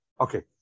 Okay